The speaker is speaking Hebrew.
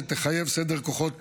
שתחייב סדר כוחות